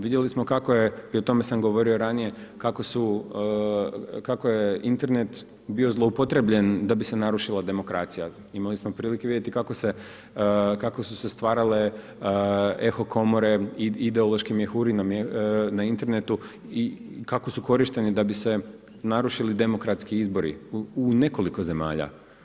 Vidjeli smo kako je i o tome sam govorio ranije kako je Internet bio zloupotrebljen da bi se narušila demokracija, imali smo prilike vidjeti kako su se stvarale eho komore i ideološki mjehuri na internetu i kako bi se koristile da bi se narušili demokratski izbori u nekoliko zemalja.